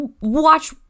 watch